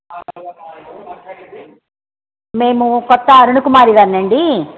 మేము కొత్త అరుణ కుమారి గారిని అండి